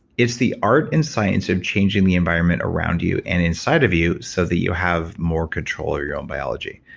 it's the art and science of changing the environment around you and inside of you so that you have more control over your own biology.